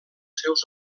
seus